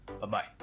Bye-bye